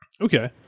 Okay